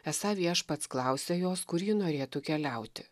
esą viešpats klausia jos kur ji norėtų keliauti